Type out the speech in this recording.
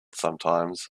sometimes